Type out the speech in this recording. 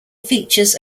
features